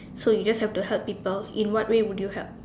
so you just have to help people in what way would you help